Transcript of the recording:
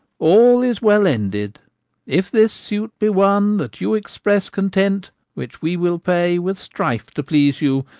all is well ended if this suit be won, that you express content which we will pay with strife to please you,